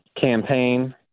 campaign